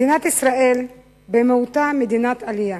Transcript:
מדינת ישראל היא במהותה מדינת עלייה.